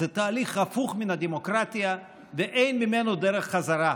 זה תהליך הפוך מן הדמוקרטיה, ואין ממנו דרך חזרה.